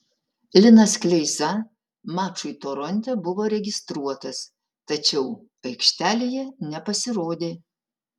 linas kleiza mačui toronte buvo registruotas tačiau aikštelėje nepasirodė